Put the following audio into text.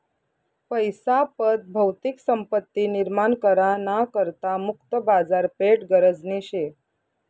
पैसा पत भौतिक संपत्ती निर्माण करा ना करता मुक्त बाजारपेठ गरजनी शे